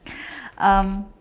um